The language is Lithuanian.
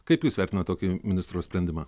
kaip jūs vertinat tokį ministro sprendimą